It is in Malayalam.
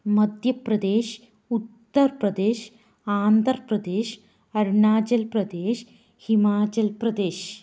മധ്യപ്രദേശ് ഉത്തർപ്രദേശ് ആന്ധ്രപ്രദേശ് അരുണാചൽപ്രദേശ് ഹിമാചൽപ്രദേശ്